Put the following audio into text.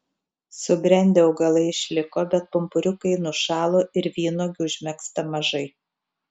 subrendę augalai išliko bet pumpuriukai nušalo ir vynuogių užmegzta mažai